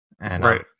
Right